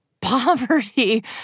poverty